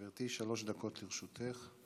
גברתי, שלוש דקות לרשותך.